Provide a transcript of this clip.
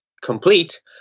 complete